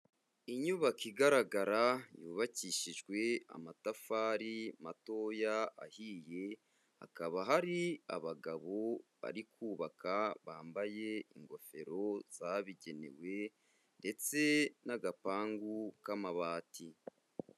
Inyubako igaragara yubakishijwe amatafari matoya ahiye, hakaba hari abagabo bari kubaka bambaye ingofero zabigenewe ndetse n'agapangu k'amabati.